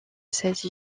cette